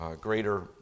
greater